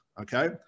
okay